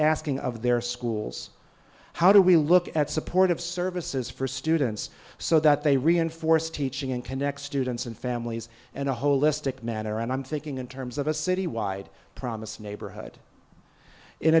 asking of their schools how do we look at supportive services for students so that they reinforce teaching and connect students and families and a holistic manner and i'm thinking in terms of a city wide promise neighborhood in